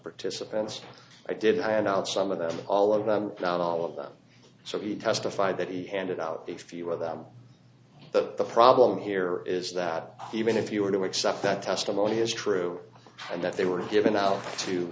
participants i did iron out some of them all of them not all of them so he testified that he handed out a few of them but the problem here is that even if you were to accept that testimony is true and that they were given out to